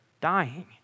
dying